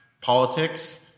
politics